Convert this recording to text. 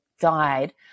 died